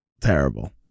terrible